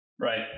Right